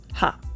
Ha